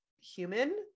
human